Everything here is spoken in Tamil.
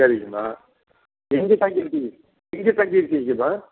சரிங்கம்மா எங்கே கஞ்சி ரொட்டி திங்க கஞ்சி இருக்குங்கம்மா